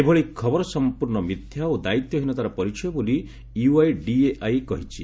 ଏଭଳି ଖବର ସମ୍ପୂର୍ଣ୍ଣ ମିଥ୍ୟା ଓ ଦାୟିତ୍ୱ ହୀନତାର ପରିଚୟ ବୋଲି ୟୁଆଇଡିଏଆଇ କହିଛି